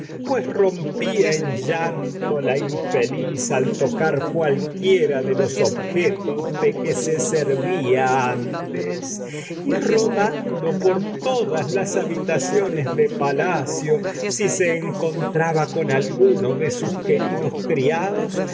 dando por con llanto la infeliz al tocar se de los objetos de que servia antes y ro todas las habitaciones de palacio si se encon traba alguno ai de sus queridos criados